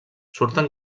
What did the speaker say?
surten